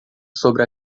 sobre